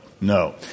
No